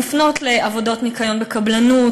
מופנות לעבודות ניקיון בקבלנות,